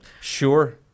Sure